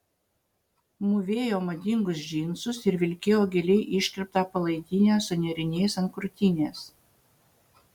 mūvėjo madingus džinsus ir vilkėjo giliai iškirptą palaidinę su nėriniais ant krūtinės